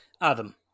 Adam